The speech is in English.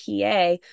PA